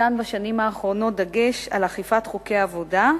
ניתן בשנים האחרונות דגש על אכיפת חוקי עבודה,